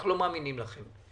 אנחנו לא מאמינים לכם.